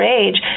age